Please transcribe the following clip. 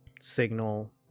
signal